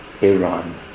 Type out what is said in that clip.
Iran